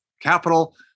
capital